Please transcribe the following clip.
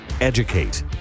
Educate